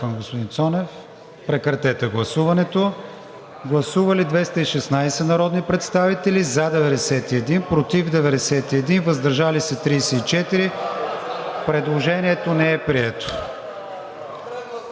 Цонев, ще изчакам. Гласували 216 народни представители: за 91, против 91, въздържали се 34. Предложението не е прието.